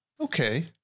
Okay